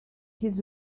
his